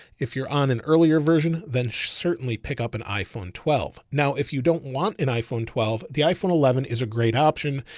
if you're on an earlier version than certainly pick up an iphone twelve. now, if you don't want an iphone twelve, the iphone eleven is a great option,